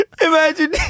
imagine